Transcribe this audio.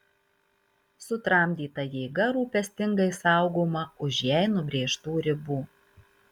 sutramdyta jėga rūpestingai saugoma už jai nubrėžtų ribų